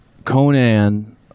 Conan